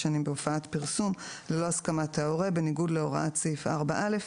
שנים בהופעת פרסום ללא הסכמת ההורה בניגוד להוראת סעיף 4א,